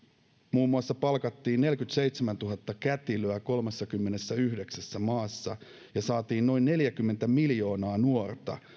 muun muassa palkattiin neljäkymmentäseitsemäntuhatta kätilöä kolmessakymmenessäyhdeksässä maassa ja saatiin noin neljäkymmentä miljoonaa nuorta